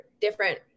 different